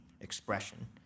expression